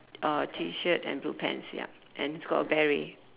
uh T shirt and blue pants ya and he's got a beret